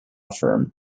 firm